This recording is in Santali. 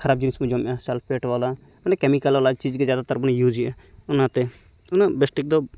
ᱠᱷᱟᱨᱟᱯ ᱡᱤᱱᱤᱥ ᱵᱚ ᱡᱚᱢᱮᱫᱼᱟ ᱪᱮ ᱥᱟᱞᱯᱷᱮᱴ ᱣᱟᱞᱟ ᱢᱟᱱᱮ ᱠᱮᱢᱤᱠᱮᱞ ᱣᱟᱞᱟ ᱪᱤᱡᱽ ᱜᱮ ᱡᱟ ᱱᱮᱛᱟᱨ ᱵᱚᱱ ᱤᱭᱩᱡᱮᱫᱼᱟ ᱚᱱᱟᱛᱮ ᱩᱱᱟᱹᱜ ᱵᱮᱥᱴᱷᱤᱠ ᱫᱚ